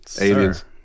Aliens